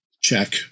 check